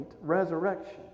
resurrection